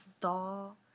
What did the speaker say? doll